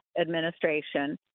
administration